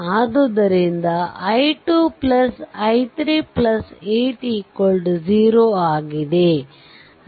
ಆದುದರಿಂದ i 2 i3 8 0 ಆಗಿದೆ